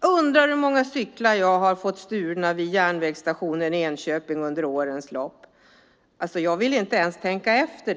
Jag undrar hur många cyklar jag har fått stulna vid järnvägsstationen i Enköping under årens lopp. Jag vill inte ens tänka efter.